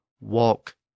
walk